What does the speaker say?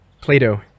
Plato